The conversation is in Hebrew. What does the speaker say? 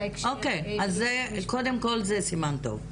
אוקיי, אז קודם כל, זה סימן טוב.